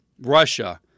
Russia